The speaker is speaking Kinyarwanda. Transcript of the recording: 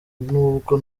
nubwo